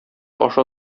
аша